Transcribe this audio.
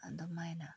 ꯑꯗꯨꯃꯥꯏꯅ